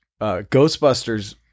Ghostbusters